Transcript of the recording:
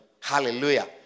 Hallelujah